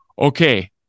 Okay